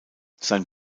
sein